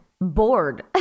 bored